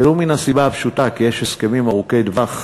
ולו מן הסיבה הפשוטה שיש הסכמים ארוכי-טווח,